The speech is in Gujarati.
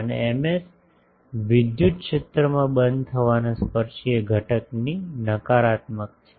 અને Ms વિદ્યુત ક્ષેત્રમાં બંધ થવાના સ્પર્શી ઘટકની નકારાત્મક છે